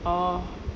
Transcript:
oh